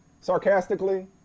sarcastically